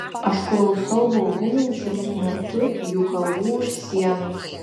aš klausau bauginančių smurtu jų kalbų už sienos